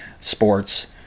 sports